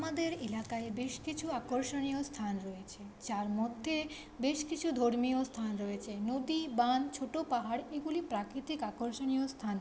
আমাদের এলাকায় বেশ কিছু আকর্ষণীয় স্থান রয়েছে যার মধ্যে বেশ কিছু ধর্মীয় স্থান রয়েছে নদী বাঁধ ছোট পাহাড় এগুলি প্রাকৃতিক আকর্ষণীয় স্থান